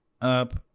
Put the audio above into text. up